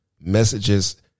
messages